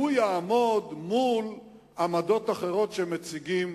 הוא יעמוד מול עמדות אחרות, שמציגים